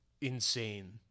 insane